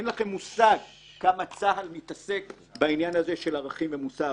אין לכם מושג כמה צה"ל מתעסק בעניין הזה של ערכים ומוסר.